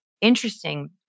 interesting